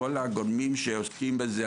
כל הגורמים שעוסקים בזה,